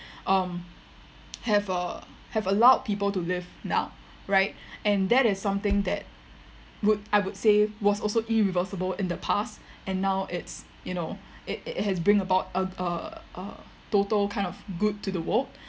um have uh have allowed people to live now right and that is something that would I would say was also irreversible in the past and now it's you know it it has bring about a a total kind of good to the world